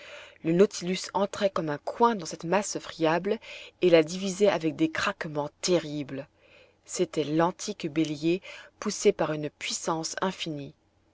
le nautilus entrait comme un coin dans cette masse friable et la divisait avec des craquements terribles c'était l'antique bélier poussé par une puissance infinie